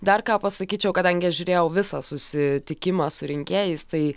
dar ką pasakyčiau kadangi aš žiūrėjau visą susitikimą su rinkėjais tai